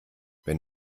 wenn